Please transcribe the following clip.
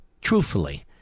truthfully